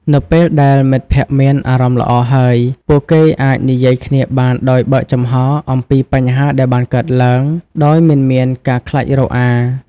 នៅពេលដែលមិត្តភក្តិមានអារម្មណ៍ល្អហើយ ពួកគេអាចនិយាយគ្នាបានដោយបើកចំហរអំពីបញ្ហាដែលបានកើតឡើងដោយមិនមានការខ្លាចរអា។